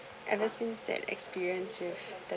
ever since that experience with the